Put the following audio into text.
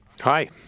Hi